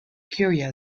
curia